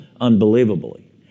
unbelievably